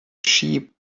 sheep